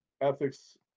ethics